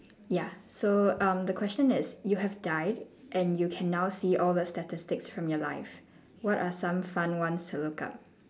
ya so um the question is you have died and you can now see all the statistics from your life what are some fun ones to look up